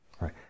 right